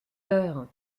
heures